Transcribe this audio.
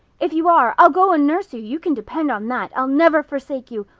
if you are i'll go and nurse you, you can depend on that. i'll never forsake you.